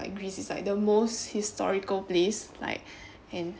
greece is like the most historical place like and